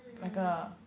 mm mm mm mm